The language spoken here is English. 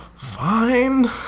Fine